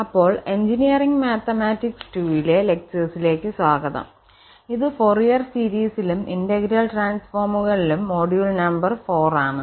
അപ്പോൾ engineering mathematics 2 ലെ ലെക്ചർസിലേക്ക് സ്വാഗതം ഇത് ഫോറിയർ സീരീസിലും ഇന്റഗ്രൽ ട്രാൻസ്ഫോമുകളിലും മൊഡ്യൂൾ നമ്പർ 4 ആണ്